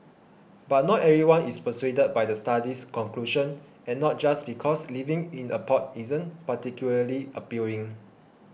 but not everyone is persuaded by the study's conclusion and not just because living in a pod isn't particularly appealing